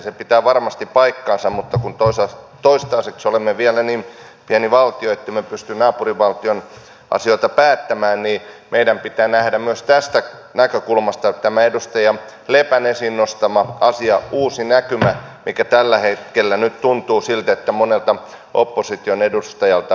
se pitää varmasti paikkansa mutta kun toistaiseksi olemme vielä niin pieni valtio ettemme pysty naapurivaltion asioita päättämään meidän pitää nähdä myös tästä näkökulmasta tämä edustaja lepän esiin nostama asia uusi näkymä mikä tällä hetkellä nyt tuntuu monelta opposition edustajalta puuttuvan